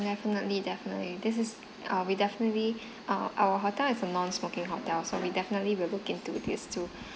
definitely definitely this is err we definitely err our hotel is a non smoking hotel so we'll definitely will look into this to